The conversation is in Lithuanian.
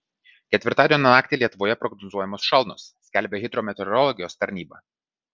ketvirtadienio naktį lietuvoje prognozuojamos šalnos skelbia hidrometeorologijos tarnyba